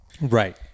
Right